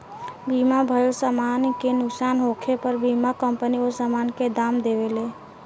बीमा भइल समान के नुकसान होखे पर बीमा कंपनी ओ सामान के दाम देवेले